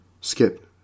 Skip